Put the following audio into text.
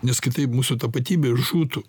nes kitaip mūsų tapatybė žūtų